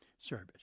service